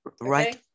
Right